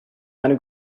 meine